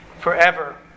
forever